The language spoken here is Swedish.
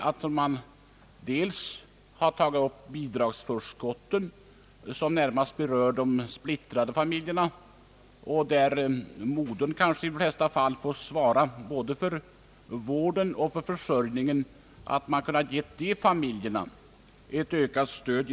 Bidragsförskottet har betydelse närmast för de splittrade familjerna, där modern kanske i de flesta fall har att svara för både vården och försörjningen. Dessa familjer får genom bidragsförskotten ett ökat stöd.